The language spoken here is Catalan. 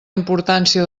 importància